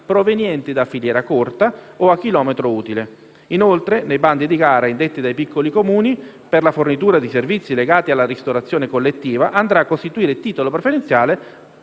provenienti da filiera corta o a chilometro utile. Inoltre, nei bandi di gara indetti dai piccoli Comuni, per la fornitura di servizi legati alla ristorazione collettiva, andrà a costituire titolo preferenziale